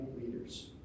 leaders